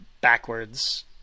backwards